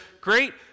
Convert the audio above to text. great